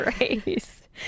race